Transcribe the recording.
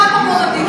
זה ידוע.